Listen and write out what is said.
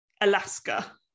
Alaska